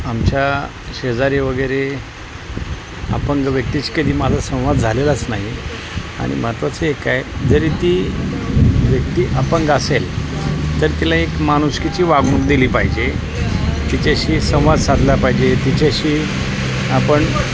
आमच्या शेजारी वगैरे आपण जो व्यक्तीची कधी माझा संवाद झालेलाच नाही आणि महत्वाचं एक आहे जरी ती व्यक्ती अपंग असेल तर तिला एक माणुसकीची वागणूक दिली पाहिजे तिच्याशी संवाद साधला पाहिजे तिच्याशी आपण